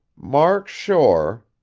mark shore,